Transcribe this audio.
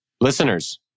listeners